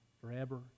forever